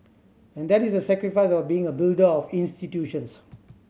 and that is the sacrifice of being a builder of institutions